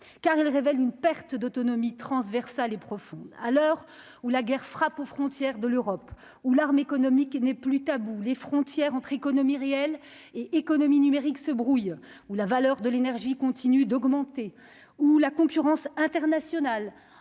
car il révèle une perte d'autonomie transversales et profonde à l'heure où la guerre frappe aux frontières de l'Europe ou l'arme économique n'est plus taboue, les frontières entre économie réelle et économie numérique se brouille ou la valeur de l'énergie continue d'augmenter, où la concurrence internationale